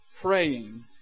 praying